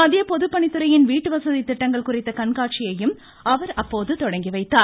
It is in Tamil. மத்திய பொதுப்பணித்துறையின் வீட்டுவசதி திட்டங்கள் குறித்த கண்காட்சியையும் அமைச்சர் தொடங்கி வைத்தார்